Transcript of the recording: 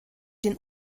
den